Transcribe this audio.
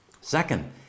Second